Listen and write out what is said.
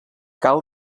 cal